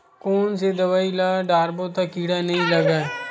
कोन से दवाई ल डारबो त कीड़ा नहीं लगय?